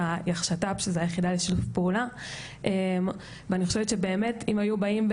ביחשת"פ שזה היחידה לשיתוף פעולה ואני חושבת שבאמת אם היו באים,